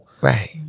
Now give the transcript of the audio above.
Right